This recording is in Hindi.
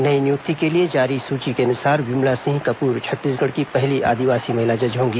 नई नियुक्ति के लिए जारी सूची के अनुसार विमला सिंह कपूर छत्तीसगढ़ की पहली आदिवासी महिला जज होंगी